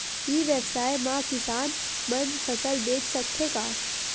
ई व्यवसाय म किसान मन फसल बेच सकथे का?